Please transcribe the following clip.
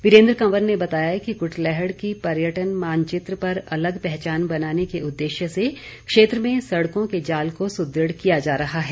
वीरेन्द्र कंवर ने बताया कि कुटलैहड़ की पर्यटन मानचित्र पर अलग पहचान बनाने के उद्देश्य से क्षेत्र में सड़कों के जाल को सुदृढ़ किया जा रहा है